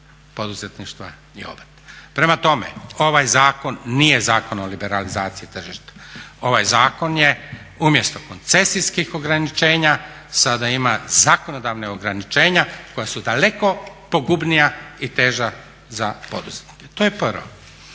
poduzetništva i obrta. Prema tome, ovaj zakon nije zakon o liberalizaciji tržišta, ovaj zakon je umjesto koncesijskih ograničenja sada ima zakonodavna ograničenja koja su daleko pogubnija i teža za poduzetnike. To je prvo.